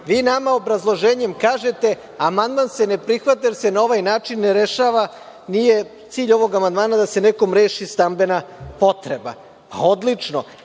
predvidimo. Obrazloženjem nam kažete – amandman se ne prihvata, jer se na ovaj način ne rešava, nije cilj ovog amandmana da se nekom reši stambena potreba. Odlično.